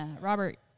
Robert